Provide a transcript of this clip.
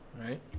Right